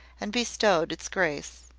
and bestowed its grace.